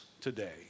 today